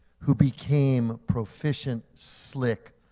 who became proficient, slick,